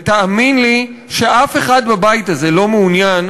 ותאמין לי שאף אחד בבית הזה לא מעוניין